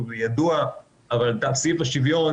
שהוא ידוע, אבל לסעיף השוויון